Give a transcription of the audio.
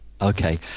Okay